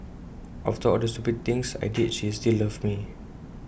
after all the stupid things I did she still loved me